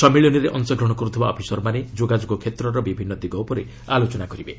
ସମ୍ମିଳନୀରେ ଅଂଶଗ୍ରହଣ କରୁଥିବା ଅଫିସରମାନେ ଯୋଗାଯୋଗ କ୍ଷେତ୍ରର ବିଭିନ୍ନ ଦିଗ ଉପରେ ଆଲୋଚନା କରିବେ